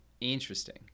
Interesting